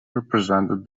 represented